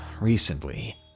Recently